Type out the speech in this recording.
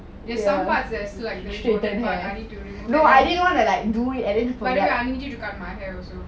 it's some parts there's like the golden part by the way I need you to cut my hair also